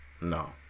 No